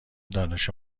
دانش